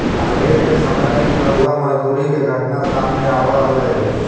अंग्रेज के समय में भी बंधुआ मजदूरी के घटना सामने आवऽ हलइ